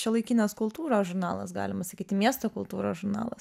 šiuolaikinės kultūros žurnalas galima sakyti miesto kultūros žurnalas